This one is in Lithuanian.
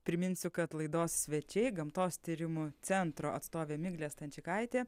priminsiu kad laidos svečiai gamtos tyrimų centro atstovė miglė stančikaitė